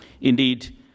Indeed